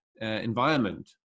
environment